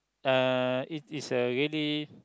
uh it is a really